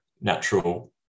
natural